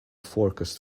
forecast